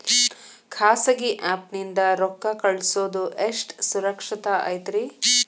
ಖಾಸಗಿ ಆ್ಯಪ್ ನಿಂದ ರೊಕ್ಕ ಕಳ್ಸೋದು ಎಷ್ಟ ಸುರಕ್ಷತಾ ಐತ್ರಿ?